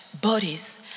bodies